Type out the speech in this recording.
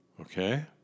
Okay